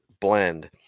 blend